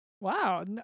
wow